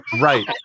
right